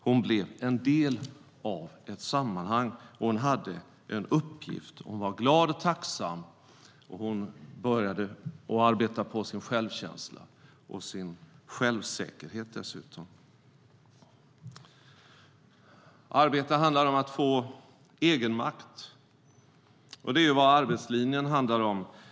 Hon blev en del av ett sammanhang, och hon hade en uppgift. Hon var glad och tacksam, och hon hade börjat arbeta på sin självkänsla och självsäkerhet. Arbete handlar om att få egenmakt. Det är vad arbetslinjen handlar om.